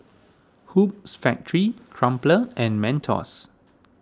Hoops Factory Crumpler and Mentos